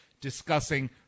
discussing